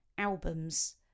albums